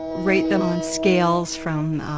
rate them on scales from